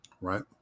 right